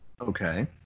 Okay